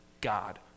God